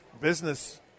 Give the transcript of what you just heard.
business